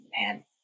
Man